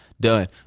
done